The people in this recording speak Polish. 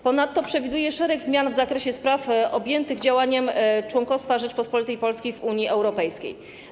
Ponadto przewiduje się szereg zmian w zakresie spraw objętych działem członkostwo Rzeczypospolitej Polskiej w Unii Europejskiej.